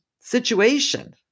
situation